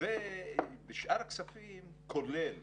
ובשאר הכספים כולל